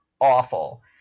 awful